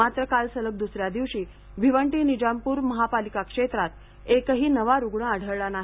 मात्र काल सलग दूसऱ्या दिवशी भिवंडी निजामपूर महानगरपालिका क्षेत्रात एकही नवा रुग्ण आढळला नाही